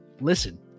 listen